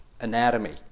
anatomy